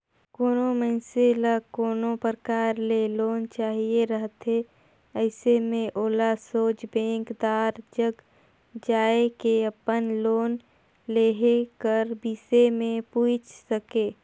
कोनो मइनसे ल कोनो परकार ले लोन चाहिए रहथे अइसे में ओला सोझ बेंकदार जग जाए के अपन लोन लेहे कर बिसे में पूइछ सके